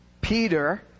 Peter